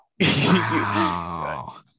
Wow